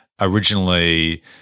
originally